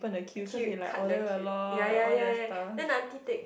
queue cut the queue ya ya ya ya then Char-Kway-Teow take